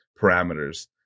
parameters